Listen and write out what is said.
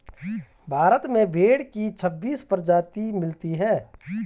भारत में भेड़ की छब्बीस प्रजाति मिलती है